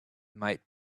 might